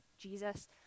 Jesus